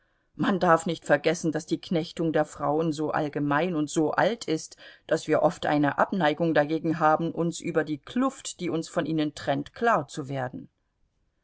man darf nicht vergessen daß die knechtung der frauen so allgemein und so alt ist daß wir oft eine abneigung dagegen haben uns über die kluft die uns von ihnen trennt klarzuwerden sie